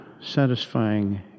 satisfying